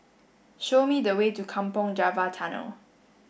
show me the way to Kampong Java Tunnel